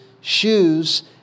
shoes